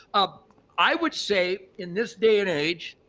ah i would say, in this day and age,